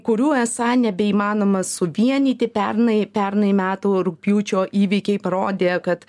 kurių esą nebeįmanoma suvienyti pernai pernai metų rugpjūčio įvykiai parodė kad